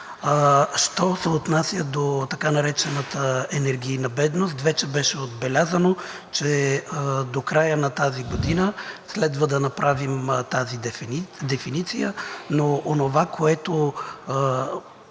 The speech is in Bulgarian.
Що се отнася до така наречената енергийна бедност вече беше отбелязано, че до края на тази година следва да направим тази дефиниция, но онова, което